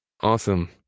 Awesome